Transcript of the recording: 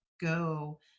go